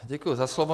Děkuji za slovo.